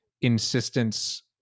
insistence